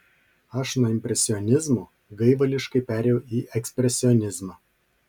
aš nuo impresionizmo gaivališkai perėjau į ekspresionizmą